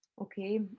Okay